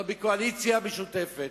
אנחנו בקואליציה משותפת,